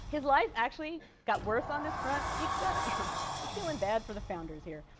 his life actually got worse on this front. you got to you're feeling bad for the founders here.